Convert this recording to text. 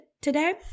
today